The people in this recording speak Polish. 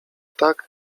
ptak